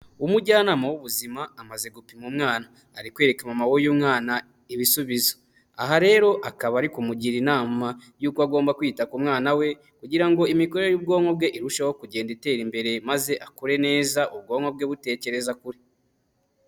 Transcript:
Umujyanama w'ubuzima amaze gupima umwana ari kwereka mama w'uyu mwana ibisubizo, aha rero akaba ari kumugira inama y'uko agomba kwita ku mwana we kugira ngo imikorere y'ubwonko bwe irusheho kugenda itera imbere maze akure neza ubwonko bwe butekereza kure.